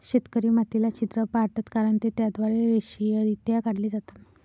शेतकरी मातीला छिद्र पाडतात कारण ते त्याद्वारे रेषीयरित्या काढले जातात